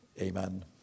Amen